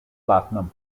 platinum